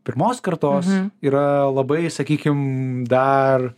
pirmos kartos yra labai sakykim dar